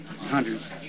Hundreds